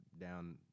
down